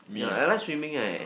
ya I like swimming eh